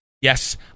Yes